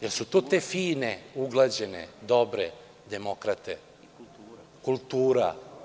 Da li su to te fine, uglađene, dobre demokrate, kultura.